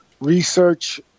research